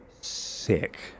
Sick